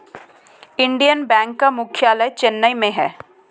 Indian Bank का मुख्यालय चेन्नई में है